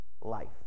life